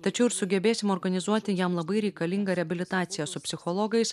tačiau ir sugebėsim organizuoti jam labai reikalingą reabilitaciją su psichologais